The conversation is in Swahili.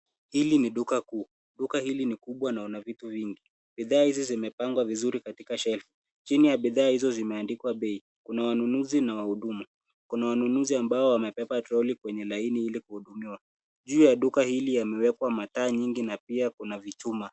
Hili ni duka kuu. Duka hili ni kubwa na ina vitu nyingi. Bidhaa hizi zimeangwa vizuri katika shelf . Chini ya bidhaa hizo zimeandikwa bei. Kuna wanunuzi na wahudumu. Kuna wanunuzi ambao wamebeba trolli kwenye laini ili kuhudumiwa. Juu ya duka hili yamewekwa mataa nyingi na pia kuna vichuma.